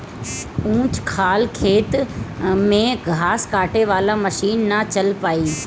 ऊंच खाल खेत में घास काटे वाला मशीन ना चल पाई